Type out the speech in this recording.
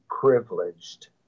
privileged